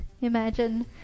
imagine